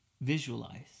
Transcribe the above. visualize